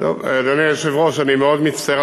אני מאוד מודה לך.